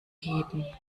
geben